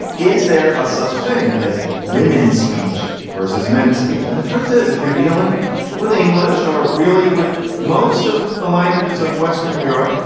is there a such thing as women speech versus men speech? and the truth is, if you're dealing with english or really with most of the languages of western europe,